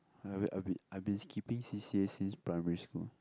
I be I be I've been skipping C_C_A since primary school